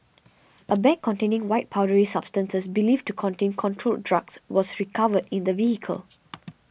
a bag containing white powdery substances believed to contain controlled drugs was recovered in the vehicle